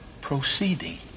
Proceeding